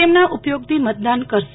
એમના ઉપયોગથી મતદાન કરશે